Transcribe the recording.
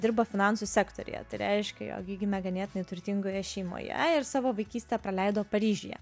dirba finansų sektoriuje tai reiškia jog ji gimė ganėtinai turtingoje šeimoje ir savo vaikystę praleido paryžiuje